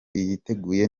yiteguye